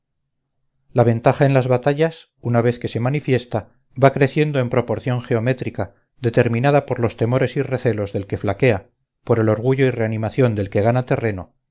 la ventaja en las batallas una vez que se manifiesta va creciendo en proporción geométrica determinada por los temores y recelos del que flaquea por el orgullo y reanimación del que gana terreno